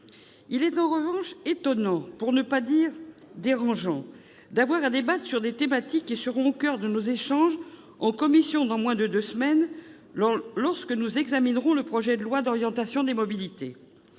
Il est en revanche étonnant, pour ne pas dire dérangeant, d'avoir à débattre de thématiques qui seront au coeur de nos échanges en commission dans moins de deux semaines, lorsque nous examinerons le projet de loi d'orientation des mobilités.